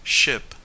ship